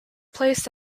placed